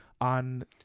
on